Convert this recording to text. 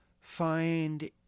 find